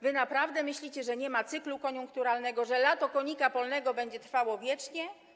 Wy naprawdę myślicie, że nie ma cyklu koniunkturalnego, że lato konika polnego będzie trwało wiecznie?